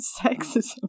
sexism